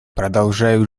продолжают